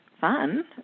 fun